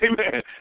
amen